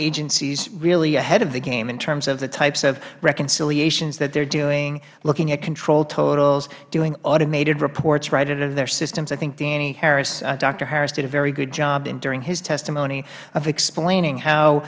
agencies really ahead of the game in terms of the types of reconciliations that they are doing looking at control totals doing automated reports right out of their systems i think danny harris doctor harris did a very good job during his testimony of explaining how